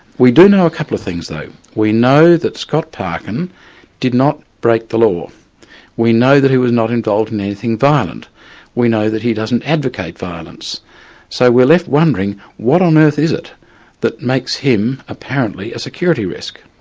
we do know a couple of things though we know that scott parkin did not break the law we know that he was not involved in anything violent we know that he doesn't advocate violence so we're left wondering, what on earth is it that makes him apparently a security risk?